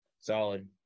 Solid